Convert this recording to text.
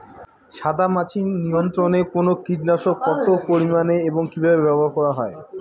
সাদামাছি নিয়ন্ত্রণে কোন কীটনাশক কত পরিমাণে এবং কীভাবে ব্যবহার করা হয়?